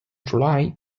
july